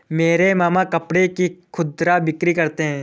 मेरे मामा कपड़ों की खुदरा बिक्री करते हैं